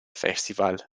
festival